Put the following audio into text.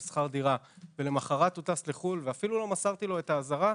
שכר דירה ולמחרת טס לחו"ל ואפילו לא מסרתי לו את האזהרה,